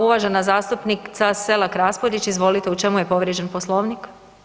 Uvažena zastupnica SElak RAspudić, izvolite u čemu je povrijeđen Poslovnik?